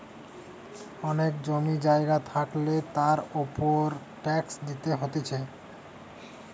অনেক জমি জায়গা থাকলে তার উপর ট্যাক্স দিতে হতিছে